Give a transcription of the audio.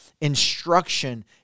instruction